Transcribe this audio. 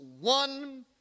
one